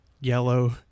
yellow